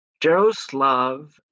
Jaroslav